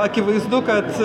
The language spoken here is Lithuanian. akivaizdu kad